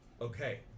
Okay